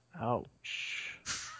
Ouch